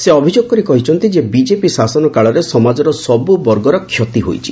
ସେ ଅଭିଯୋଗ କରି କହିଛନ୍ତି ବିଜେପି ଶାସନ କାଳରେ ସମାଜର ସବୁବର୍ଗର କ୍ଷତି ହୋଇଛି